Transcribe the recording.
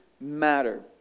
Matter